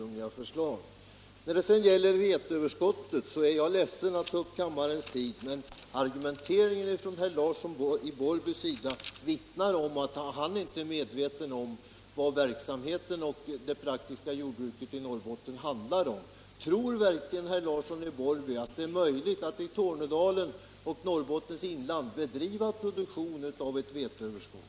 När det sedan gäller veteöverskottet är jag ledsen att behöva ta upp kammarens tid, men argumenteringen från herr Larssons sida vittnar hetsområde om att han inte har klart för sig vad verksamheten och det praktiska jordbruket i Norrbotten handlar om. Tror verkligen herr Larsson i Borrby att det är möjligt att i Tornedalen och Norrbottens inland bedriva produktion av ett veteöverskott?